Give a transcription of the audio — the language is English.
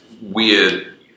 weird